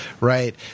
Right